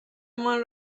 مان